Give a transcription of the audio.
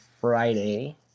Friday